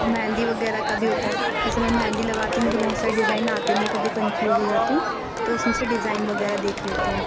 اور مہندی وغیرہ کا بھی ہوتا ہے جس سمے مہندی لگاتی ہوں مجھے بہت سارے ڈیزائن آتے نہیں کبھی كنفیوژ ہو جاتی ہوں تو اُس میں سے ڈیزائن وغیرہ دیكھ لیتی ہوں